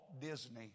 Disney